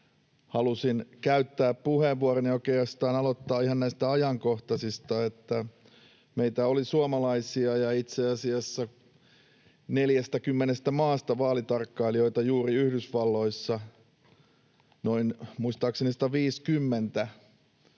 halusin käyttää puheenvuoroni, oikeastaan aloittaa näistä ihan ajankohtaisista: Meitä oli suomalaisia ja itse asiassa 40 maasta vaalitarkkailijoita juuri Yhdysvalloissa — muistaakseni noin